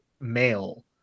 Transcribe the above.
male